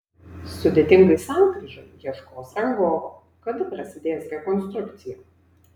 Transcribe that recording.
sudėtingai sankryžai ieškos rangovo kada prasidės rekonstrukcija